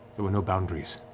there were no boundaries.